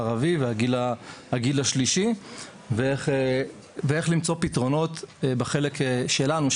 הערבי והגיל השלישי ודרך למצוא פתרונות בחלק שלנו,